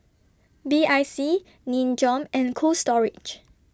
B I C Nin Jiom and Cold Storage